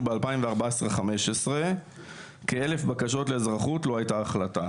ב- 2014-15 כ-1000 בקשות לאזרחות לא היתה החלטה,